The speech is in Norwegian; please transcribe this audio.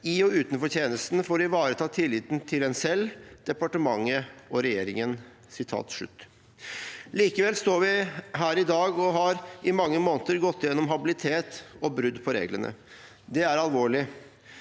i og utenfor tjenesten, for å ivareta tilliten til en selv, departementet og regjeringen.» Likevel står vi her i dag og har i mange måneder gått gjennom habilitet og brudd på reglene. Det er alvorlig.